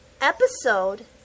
Episode